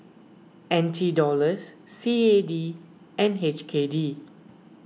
N T Dollars C A D and H K D